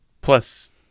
Plus